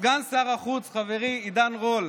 סגן שר החוץ, חברי עידן רול: